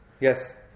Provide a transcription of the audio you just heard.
Yes